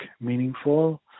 meaningful